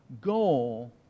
goal